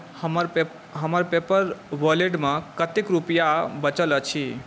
हमर पेपल वॉलेटमे कतेक रुपैआ बाँचल अछि